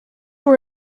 were